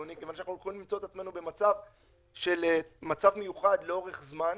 כיוון שאנחנו יכולים למצוא את עצמנו במצב מיוחד לאורך זמן,